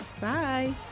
Bye